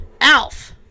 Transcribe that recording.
Alf